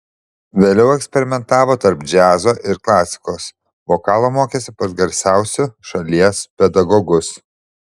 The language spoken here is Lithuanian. vėliau eksperimentavo tarp džiazo ir klasikos vokalo mokėsi pas garsiausiu šalies pedagogus